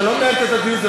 אתה לא מנהל פה את הדיון,